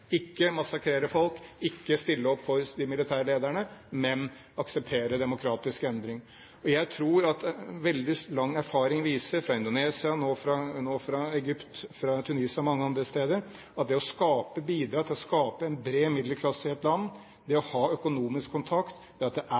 ikke massakrere folk, ikke stille opp for de militære lederne, men akseptere demokratisk endring. Og jeg tror at veldig lang erfaring viser – fra Indonesia, nå fra Egypt og Tunisia og mange andre steder – at det å bidra til å skape en bred middelklasse i et land, det å ha økonomisk kontakt, det at det er